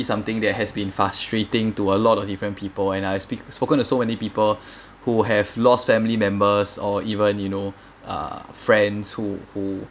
something that has been frustrating to a lot of different people and I speak spoken to so many people who have lost family members or even you know uh friends who who